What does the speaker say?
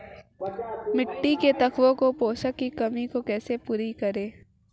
मिट्टी के पोषक तत्वों की कमी को कैसे दूर करें?